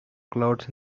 clouds